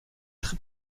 très